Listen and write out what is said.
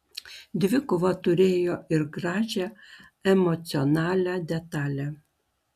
dvikova turėjo ir gražią emocionalią detalę